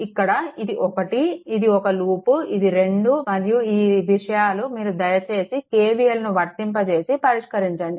ఇక్కడ ఇది ఒకటి ఇది ఒక లూప్ ఇది 2 మరియు ఈ విషయాలు మీరు దయచేసి KVL ను వర్తింపజేసి పరిష్కరించండి